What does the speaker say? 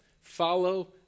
Follow